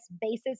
basis